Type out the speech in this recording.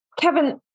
Kevin